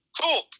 cool